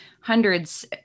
hundreds